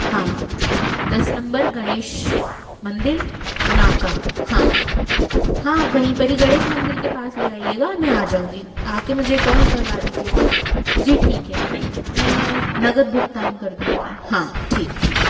हाँ दस नंबर गणेश मन्दिर नाका हाँ हाँ वहीं पर ही गणेश मंदिर के पास ले आइएगा मैं आ जाऊँगी आ के मुझे कॉल करवा दीजिएगा जी ठीक है मैं नगद भुगतान कर दूँगी हाँ ठीक ठीक